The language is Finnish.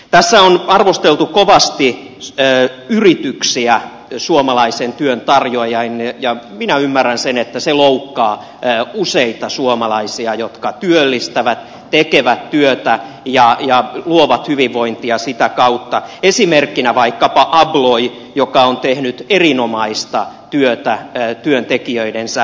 tässä on arvosteltu kovasti yrityksiä suomalaisen työn tarjoajina ja minä ymmärrän sen että se loukkaa useita suomalaisia jotka työllistävät tekevät työtä ja luovat hyvinvointia sitä kautta esimerkkinä vaikkapa abloy joka on tehnyt erinomaista työtä työntekijöidensä eteen